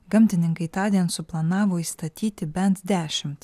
gamtininkai tądien suplanavo įstatyti bent dešimt